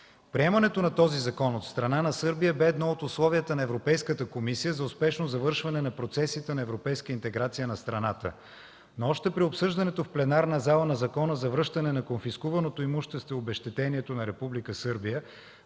Приемането на този закон от страна на Сърбия бе едно от условията на Европейската комисия за успешно завършване на процесите на европейска интеграция на страната, но още при обсъждането в пленарната зала на Закона за връщане на конфискуваното имущество и обезщетението на Република